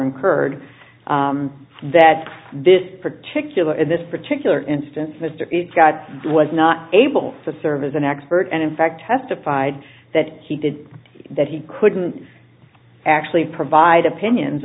incurred that this particular in this particular instance mr got was not able to serve as an expert and in fact testified that he did that he couldn't actually provide opinions